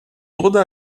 toda